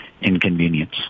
inconvenience